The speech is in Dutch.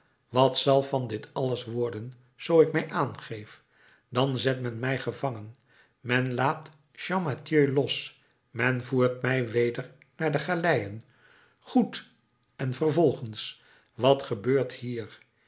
wat zal van dit alles worden zoo ik mij aangeef dan zet men mij gevangen men laat champmathieu los men voert mij weder naar de galeien goed en vervolgens wat gebeurt hier